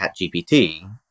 ChatGPT